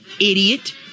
Idiot